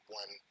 one